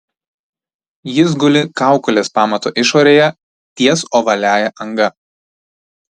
jis guli kaukolės pamato išorėje ties ovaliąja anga